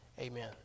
amen